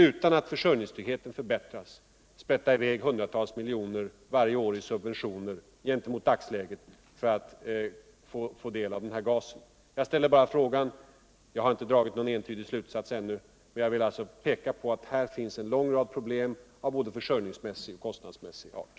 utan att försörjningstryggheten förbättras, sprätta i väg hundratals miljoner varje år i subventioner för att få del av gasen? Jag ställer bara frågan, och jag har inte dragit någon entydig slutsats ännu. Jag vill alltså peka på att det här finns en lång rad problem av både försörjningsmiässig och kostnadsmässig art.